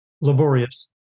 laborious